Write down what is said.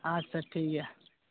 ᱟᱪᱪᱷᱟ ᱴᱷᱤᱠ ᱜᱮᱭᱟ